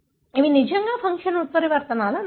ఇవి నిజంగా ఫంక్షన్ ఉత్పరివర్తనాల నష్టం